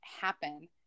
happen